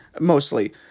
mostly